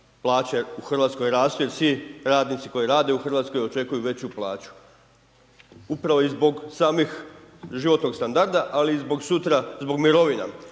plaće u Hrvatskoj rastu, jer svi radnici koji rade u Hrvatskoj očekuju veću plaću, upravo i zbog samih životnog standarda, ali i zbog sutra, zbog mirovina,